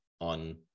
on